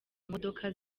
modoka